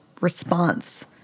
response